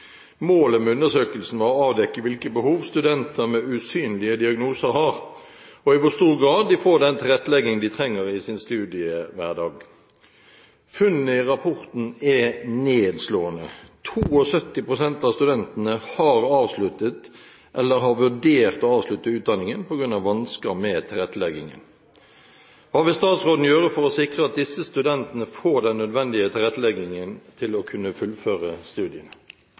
Målet med undersøkelsen var å avdekke hvilke behov studenter med usynlige diagnoser har, og i hvor stor grad de får den tilretteleggingen de trenger i sin studiehverdag. Funnene i rapporten er nedslående. 72 pst. av studentene har avsluttet eller vurdert å avslutte utdanningen på grunn av vansker med tilretteleggingen. Hva vil statsråden gjøre for å sikre at disse studentene får den nødvendige tilretteleggingen til å kunne fullføre studiene?»